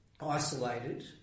isolated